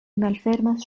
malfermas